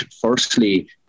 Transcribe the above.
firstly